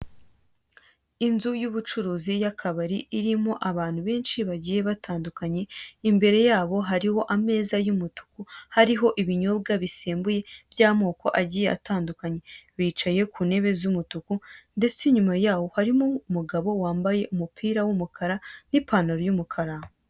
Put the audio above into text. Inzu y'ubucuruzi y'akabari irimo abantu benshi bagiye batandukanye, imbere yabo hariho ameza y'umutuku hariho ibinyobwa bisembuye by'amoko agiye atandukanye. Bicaye ku ntebe z'umutuku ndetse inyuma yaho harimo umugabo wambaye umupira w'umukara n'ipantaro y'umukara.